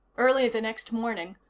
early the next morning,